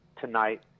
tonight